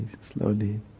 slowly